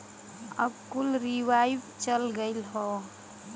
अब कुल रीवाइव चल गयल हौ